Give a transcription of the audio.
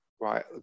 Right